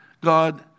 God